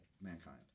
mankind